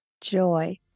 joy